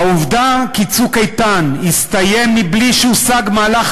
העובדה ש"צוק איתן" הסתיים בלי שהושג מהלך